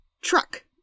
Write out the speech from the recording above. truck